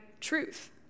truth